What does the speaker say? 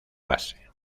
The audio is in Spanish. base